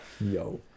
Yo